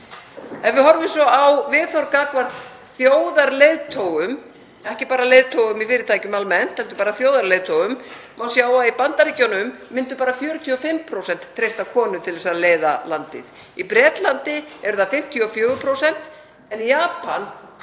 Ef við horfum svo á viðhorf gagnvart þjóðarleiðtogum, ekki bara leiðtogum í fyrirtækjum almennt heldur bara þjóðarleiðtogum, má sjá að í Bandaríkjunum myndu bara 45% treysta konu til að leiða landið. Í Bretlandi eru það 54% en í Japan